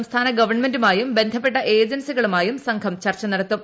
സംസ്ഥാന ഗവൺമെന്റുമായും ബന്ധപ്പെട്ട ഏജൻ സികളുമായും സംഘം ചർച്ച നടത്തും